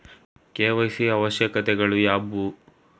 KYC ಅವಶ್ಯಕತೆಗಳು ಯಾವುವು?